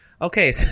Okay